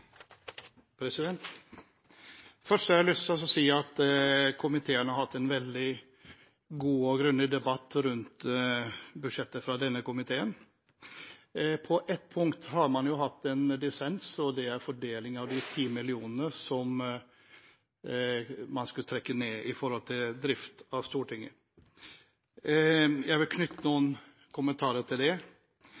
Først har jeg lyst til å si at komiteen har hatt en veldig god og grundig debatt rundt budsjettet fra denne komiteen. På ett punkt har man jo hatt en dissens, og det gjelder fordelingen av de 10 mill. kr som man skulle trekke ned når det gjelder drift av Stortinget. Jeg vil knytte noen